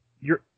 you're-